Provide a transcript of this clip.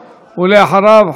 ואחריו,